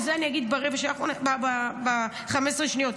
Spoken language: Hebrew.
ואת זה אני אגיד ב-15 שניות.